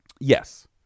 Yes